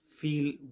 feel